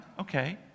okay